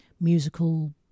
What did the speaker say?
musical